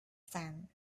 sand